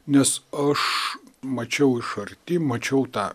nes aš mačiau iš arti mačiau tą